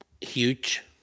huge